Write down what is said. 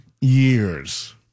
years